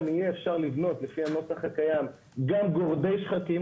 גם יהיה אפשר לבנות לפי הנוסח הקיים גם גורדי שחקים.